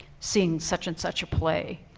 seeing such and such a play.